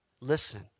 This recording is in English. Listen